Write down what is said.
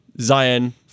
Zion